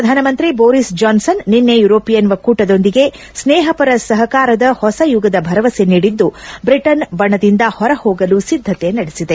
ಪ್ರಧಾನಮಂತ್ರಿ Boris Johnson ನಿನ್ನೆ European ಒಕ್ಕೂಟದೊಂದಿಗೆ ಸ್ನೇಹಪರ ಸಹಕಾರದ ಹೊಸ ಯುಗದ ಭರವಸೆ ನೀಡಿದ್ದು ಬ್ರಿಟನ್ ಬಣದಿಂದ ಹೊರಹೋಗಲು ಸಿದ್ದತೆ ನಡೆಸಿದೆ